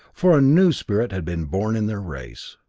for a new spirit had been born in their race.